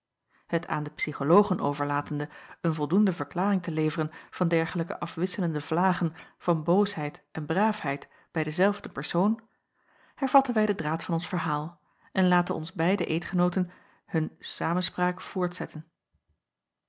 het aan de psychologen overlatende een voldoende verklaring te leveren van dergelijke afwisselende vlagen van boosheid en braafheid bij dezelfde persoon hervatten wij den draad van ons verhaal en laten onze beide eedgenooten hun samenspraak voortzetten